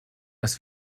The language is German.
dass